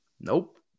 Nope